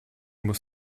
muss